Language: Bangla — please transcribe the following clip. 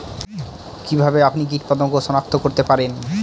কিভাবে আপনি কীটপতঙ্গ সনাক্ত করতে পারেন?